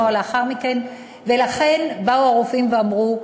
לכן באו הרופאים ואמרו,